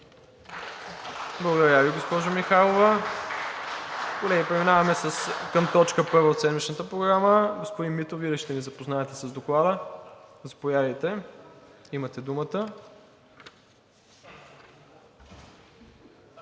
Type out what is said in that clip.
Благодаря Ви, госпожо Михайлова. Колеги, преминаваме към точка първа от седмичната Програма. Господин Митов, Вие ли ще ни запознаете с Доклада? Заповядайте, имате думата.